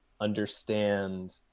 understand